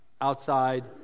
outside